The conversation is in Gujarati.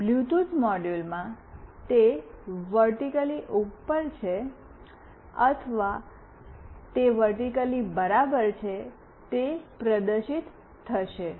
બ્લૂટૂથ મોડ્યુલમાં તે વર્ટિક્લી ઉપર છે અથવા તે વર્ટિક્લી બરાબર છે તે પ્રદર્શિત થશે